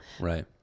right